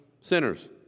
sinners